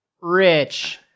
rich